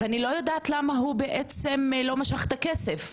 ואני לא יודעת למה הוא בעצם לא משך את הכסף,